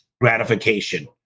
gratification